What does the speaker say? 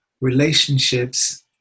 relationships